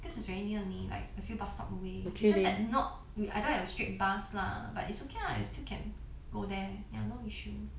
cause it's very near only like a few bus stops away it's just that not I don't have a straight bus lah but it's okay lah I still can go there ya no issue